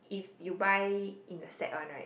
if you buy in the set one right